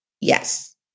Yes